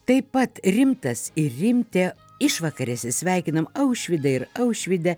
taip pat rimtas ir rimtė išvakarėse sveikiname aušvydą ir aušvydę